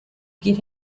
get